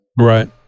right